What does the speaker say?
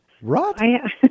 Right